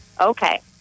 Okay